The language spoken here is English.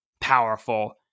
powerful